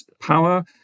power